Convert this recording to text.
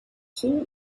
hall